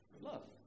love